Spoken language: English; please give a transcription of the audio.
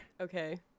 Okay